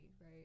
right